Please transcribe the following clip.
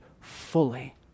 fully